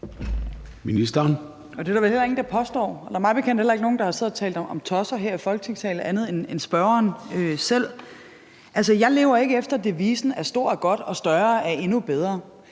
Løhde): Det er der vel heller ingen der påstår, og der er mig bekendt heller ikke nogen, der har siddet og talt om tosser her i Folketingssalen andre end spørgeren selv. Jeg lever ikke efter devisen, at stort er godt og større er endnu bedre.